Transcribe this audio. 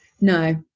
No